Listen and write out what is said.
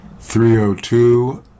302